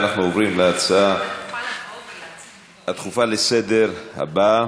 אנחנו עוברים להצעה הדחופה לסדר-היום הבאה: